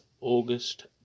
August